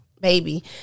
baby